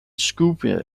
scuba